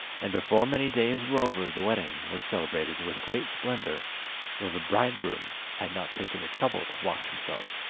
and before many days were over the wedding was celebrated with great splendour, though the bridegroom had not taken the trouble to wash himself,